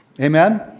Amen